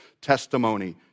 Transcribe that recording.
testimony